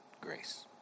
grace